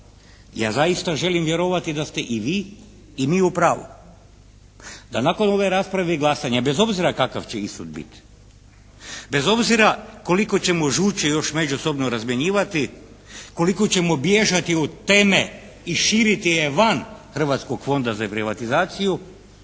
Ja zaista želim vjerovati da ste i vi i mi u pravu, da nakon ove rasprave i glasanja bez obzira kakav će ishod biti, bez obzira koliko ćemo žuči još međusobno razmjenjivati, koliko ćemo bježati od teme i širiti je van Hrvatskog fonda za privatizaciju.